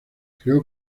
creó